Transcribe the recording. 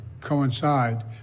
coincide